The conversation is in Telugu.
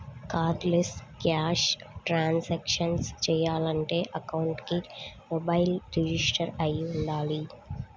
కార్డ్లెస్ క్యాష్ ట్రాన్సాక్షన్స్ చెయ్యాలంటే అకౌంట్కి మొబైల్ రిజిస్టర్ అయ్యి వుండాలి